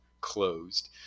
closed